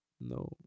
No